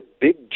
big